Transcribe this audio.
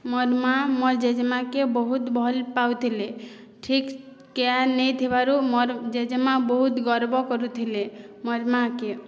ମୋର୍ ମା' ମୋର୍ ଜେଜେମା'କେ ବହୁତ୍ ଭଲ୍ପାଉଥିଲେ ଠିକ୍ କେୟାର୍ ନେଇଥିବାରୁ ମୋର୍ ଜେଜେମା' ବହୁତ୍ ଗର୍ବ କରୁଥିଲେ ମୋର୍ ମା'କେ